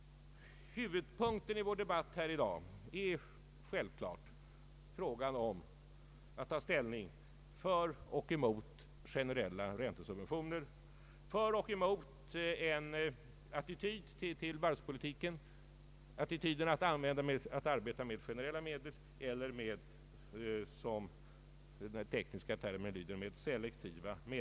Huvudpunkten i vår debatt här i dag är självfallet frågan om man skall ta ställning för eller emot generella räntesubventioner, om man skall arbeta med generella medel i varvspolitiken eller med selektiva medel, som den tekniska termen lyder.